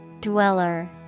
Dweller